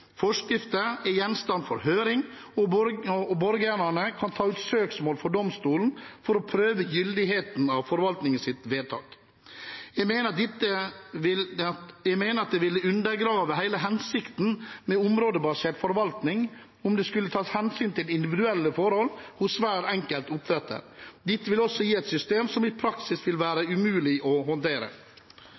Forskrifter er gjenstand for høring, og borgerne kan ta ut søksmål for domstolene for å prøve gyldigheten av forvaltningens vedtak. Jeg mener det ville undergrave hele hensikten med områdebasert forvaltning om det skulle tas hensyn til individuelle forhold hos hver enkelt oppdretter. Det ville også gi et system som i praksis ville være umulig å håndtere.